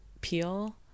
peel